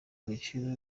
ibiciro